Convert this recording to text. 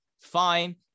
Fine